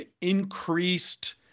increased